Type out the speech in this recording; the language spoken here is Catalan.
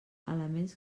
elements